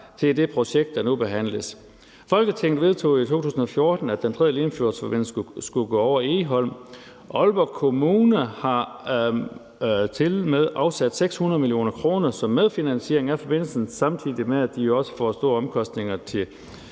til det projekt, der nu behandles, været intakt. Folketinget vedtog i 2014, at Den 3. Limfjordsforbindelse skulle gå over Egholm. Aalborg Kommune har tilmed afsat 600 mio. kr. som medfinansiering af forbindelsen, samtidig med at de også får store omkostninger til